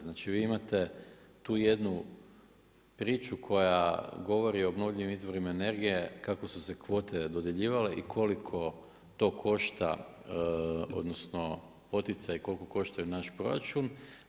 Znači vi imate tu jednu priču koja govori o obnovljivim izvorima energije kako su se kvote dodjeljivale i koliko to košta odnosno poticaji koliko koštaju naš proračun.